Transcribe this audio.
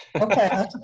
Okay